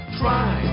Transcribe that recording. try